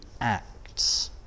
acts